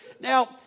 Now